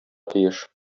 тиеш